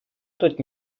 тут